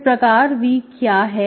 इस प्रकार v क्या है